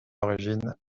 origine